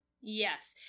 Yes